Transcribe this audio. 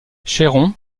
chéron